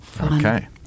okay